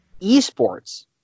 Esports